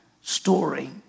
story